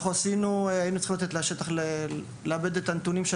היינו צריכים לצאת לשטח ולעבד את הנתונים.